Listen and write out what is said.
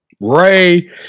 Ray